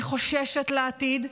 אני חוששת לעתיד,